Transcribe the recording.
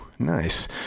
Nice